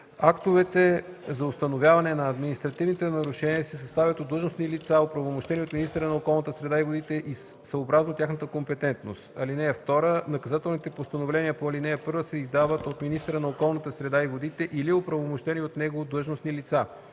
Актовете за установяване на административните нарушения се съставят от длъжностни лица, оправомощени от министъра на околната среда и водите съобразно тяхната компетентност. (2) Наказателните постановления по ал. 1 се издават от министъра на околната среда и водите или оправомощени от него длъжностни лица.